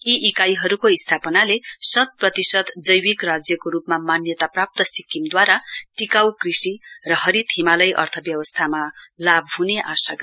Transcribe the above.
यी इकाइहरूको स्थापनाले शत प्रतिशत जैविक राज्यको रूपमा मान्यताप्राप्त सिक्किमदवारा टिकाउ कृषि र हरित हिमालय अर्थव्यवस्थामा लाभ हने आशा गरिएको छ